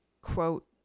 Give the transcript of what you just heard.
quote